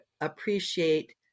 appreciate